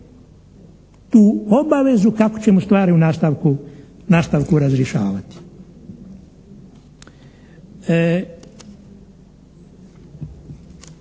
tu obavezu kako ćemo stvari u nastavku razrješavati.